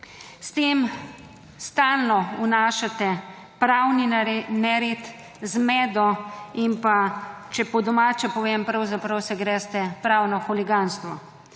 S tem stalno vnašate pravni nered, zmedo in pa, če po domače povem, pravzaprav se greste pravno huliganstvo.